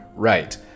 Right